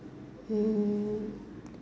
hmm